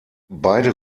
beide